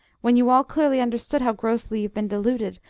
when you all clearly understood how grossly you've been deluded,